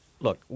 Look